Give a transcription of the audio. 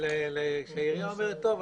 וגם לעיריות צריכה להיות אחריות,